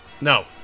no